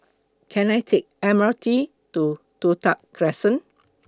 Can I Take The M R T to Toh Tuck Crescent